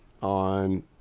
on